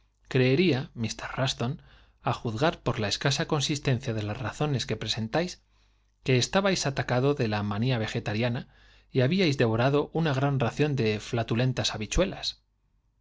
creería mr russton á juzgar por la escasa consis tencia de las razones que presentáis que estabais atacado de la manía vegetariana y habíais devorado una gran ración de flatulentas habichuelas